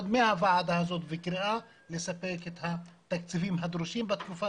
מהוועדה הזאת וקריאה לספק את התקציבים הדרושים בתקופה